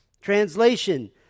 Translation